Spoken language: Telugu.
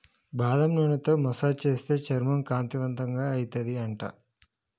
బాదం నూనెతో మసాజ్ చేస్తే చర్మం కాంతివంతంగా అయితది అంట